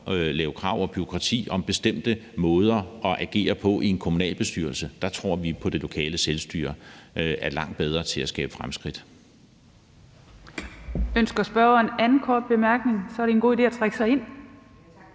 lave bureaukrati om bestemte måder at agere på i en kommunalbestyrelse. Der tror vi på, at det lokale selvstyre er langt bedre til at skabe fremskridt.